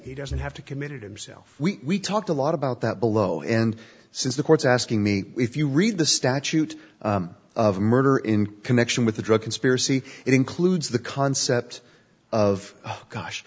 he doesn't have to committed himself we talked a lot about that below and since the court's asking me if you read the statute of murder in connection with the drug conspiracy it includes the concept of oh gosh